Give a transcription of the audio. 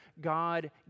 God